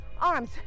Arms